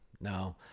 No